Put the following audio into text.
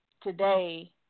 today